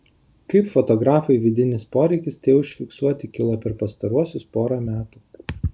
kaip fotografui vidinis poreikis tai užfiksuoti kilo per pastaruosius porą metų